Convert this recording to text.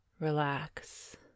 relax